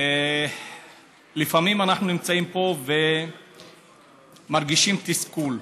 לפעמים אנחנו נמצאים פה ומרגישים תסכול.